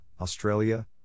Australia